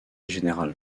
générale